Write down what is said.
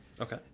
Okay